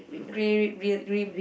grey ri~ rim